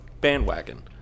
bandwagon